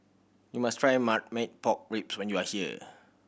you must try marmite pork rib when you are here